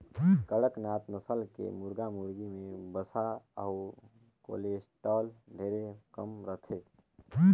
कड़कनाथ नसल के मुरगा मुरगी में वसा अउ कोलेस्टाल ढेरे कम रहथे